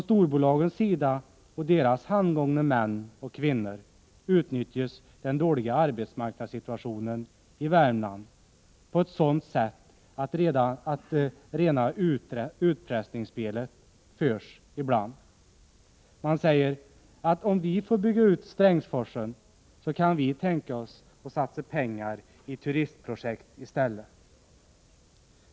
Storbolagen och deras handgångna män och kvinnor utnyttjar den dåliga arbetsmarknadssituationen i Värmland på ett sådant sätt att rena utpressningsspelet ibland förs. De säger att om de får bygga ut Strängsforsen kan de tänka sig att satsa pengar i turistprojekt i stället.